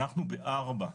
זה ישראל למטה - אנחנו בארבע,